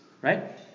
right